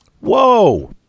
Whoa